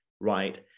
right